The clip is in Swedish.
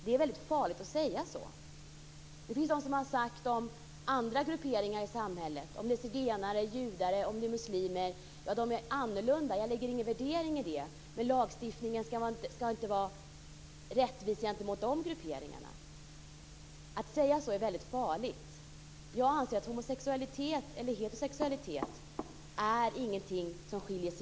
Det är väldigt farligt att säga så. Det finns de som har sagt så om andra grupperingar i samhället, t.ex. zigenare, judar eller muslimer: Ja, de är annorlunda, och jag lägger ingen värdering i det, men lagstiftningen ska inte vara rättvis gentemot de grupperingarna. Att säga så är väldigt farligt. Jag anser att homosexualitet och heterosexualitet inte är något åtskiljande.